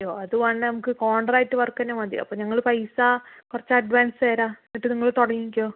ഓ അത് വേണ്ട നമുക്ക് കോൺട്രാക്ട് വർക്ക് തന്നെ മതി അപ്പം ഞങ്ങൾ പൈസ കുറച്ച് അഡ്വാൻസ് തരാം എന്നിട്ട് നിങ്ങൾ തുടങ്ങിക്കോളൂ